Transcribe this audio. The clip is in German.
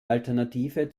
alternative